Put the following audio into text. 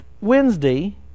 wednesday